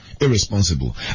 irresponsible